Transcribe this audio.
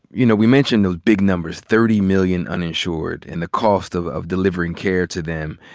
you know, we mention those big numbers, thirty million uninsured, and the cost of of delivering care to them,